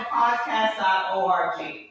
podcast.org